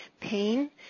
pain